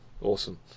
Awesome